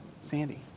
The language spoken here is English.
Sandy